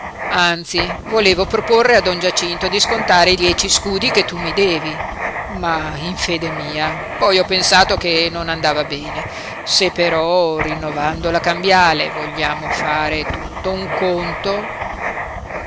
anzi volevo proporre a don giacinto di scontare i dieci scudi che tu mi devi ma in fede mia poi ho pensato che non andava bene se però rinnovando la cambiale vogliamo fare tutto un conto